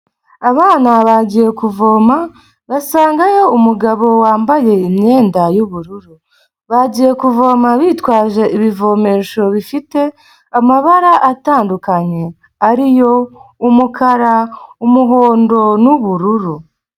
Abana bagiye kuvoma basangayo umugabo wambaye imyenda y'ubururu, bagiye kuvoma bitwaje ibivomesho bifite amabara atandukanye, ariyo umukara, umuhondo n'ubururu.